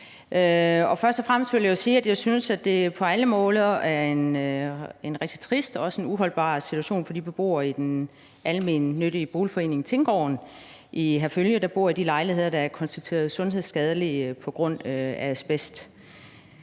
vil jeg sige, at jeg synes, at det på alle måder er en rigtig trist og uholdbar situation for de beboere i den almennyttige boligforening Tinggården i Herfølge, der bor i de lejligheder, der er konstateret sundhedsskadelige på grund af asbest.